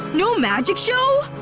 no magic show?